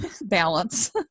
balance